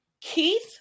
Keith